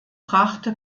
brachte